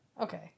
Okay